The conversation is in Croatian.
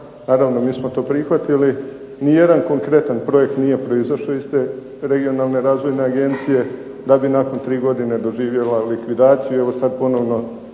Naravno, mi smo to prihvatili. Ni jedan konkretan projekt nije proizašao iz te regionalne razvojne agencije, da bi nakon tri godine doživjela likvidaciju